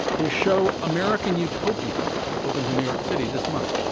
his show american utopia opens in new york city this month.